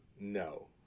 No